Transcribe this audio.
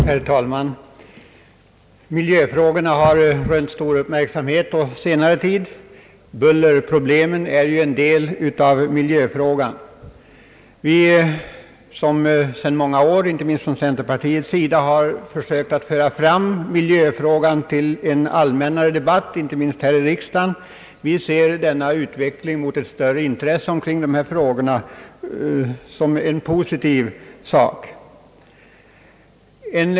Herr talman! Miljöfrågorna har rönt stor uppmärksamhet på senare tid, och bullerproblemen utgör en del av miljöfrågan. Vi har sedan många år — inte minst från centerpartiets sida — försökt få en allmännare debatt om miljöfrågan särskilt i riksdagen ser utvecklingen mot ett större intresse för denna fråga som ett positivt inslag.